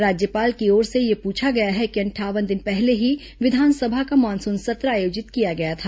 राज्यपाल की ओर से यह पूछा गया है कि अंठावन दिन पहले ही विधानसभा का मानसून सत्र आयोजित किया गया था